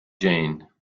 jane